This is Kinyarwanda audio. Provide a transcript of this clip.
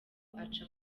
aca